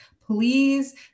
please